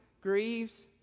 grieves